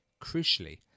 Crucially